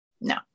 No